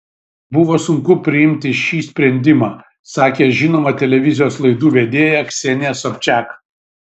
buvo sunku priimti šį sprendimą sakė žinoma televizijos laidų vedėja ksenija sobčiak